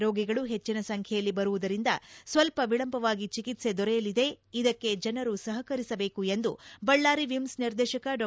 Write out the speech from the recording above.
ರೋಗಿಗಳು ಹೆಚ್ಚಿನ ಸಂಖ್ಯೆಯಲ್ಲಿ ಬರುವುದರಿಂದ ಸ್ಪಲ್ಪ ವಿಳಂಬವಾಗಿ ಚಿಕಿತ್ಸೆ ದೊರೆಯಲಿದೆ ಇದಕ್ಕೆ ಜನರು ಸಹಕರಿಸಬೇಕು ಎಂದು ಬಳ್ಯಾರಿ ವಿಮ್ಸ್ ನಿರ್ದೇಶಕ ಡಾ